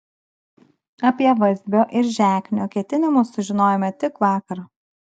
apie vazbio ir žeknio ketinimus sužinojome tik vakar